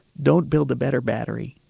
don't build a better battery,